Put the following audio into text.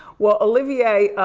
well, olivier